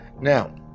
Now